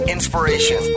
Inspiration